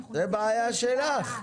זו בעיה שלך.